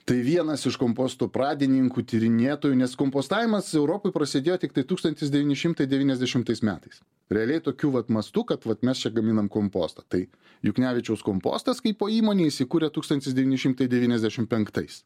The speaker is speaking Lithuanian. tai vienas iš komposto pradininkų tyrinėtojų nes kompostavimas europoj prasidėjo tiktai tūkstantis devyni šimtai devyniasdešimtais metais realiai tokiu vat mastu kad vat mes čia gaminam kompostą tai juknevičiaus kompostas kaipo įmonė įsikūrė tūkstantis devyni šimtai devyniasdešim penktais